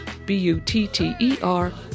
B-U-T-T-E-R